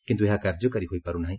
କିନ୍ତୁ ଏହା କାର୍ଯ୍ୟକାରୀ ହୋଇପାର୍ନାହି